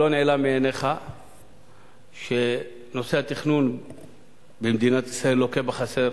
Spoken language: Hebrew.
לא נעלם מעיניך שנושא התכנון במדינת ישראל לוקה בחסר.